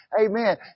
Amen